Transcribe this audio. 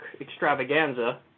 extravaganza